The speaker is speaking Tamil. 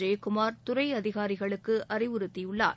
ஜெயக்குமார் துறை அதிகாரிகளுக்கு அறிவுறுத்தியுள்ளார்